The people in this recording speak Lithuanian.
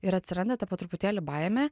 ir atsiranda ta po truputėlį baimė